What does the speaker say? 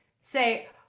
say